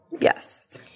Yes